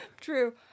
True